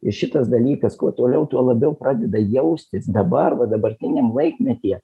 ir šitas dalykas kuo toliau tuo labiau pradeda jaustis dabar va dabartiniam laikmetyje